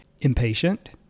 Impatient